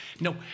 No